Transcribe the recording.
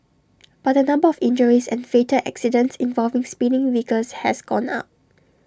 but the number of injuries and fatal accidents involving speeding vehicles has gone up